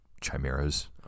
chimeras